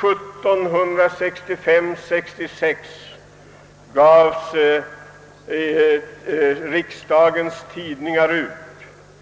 1765 och 1766 gavs Riksdags-Tidningar ut.